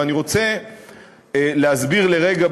ואני רוצה להסביר לרגע,